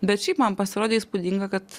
bet šiaip man pasirodė įspūdinga kad